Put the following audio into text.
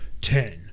ten